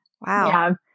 wow